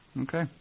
Okay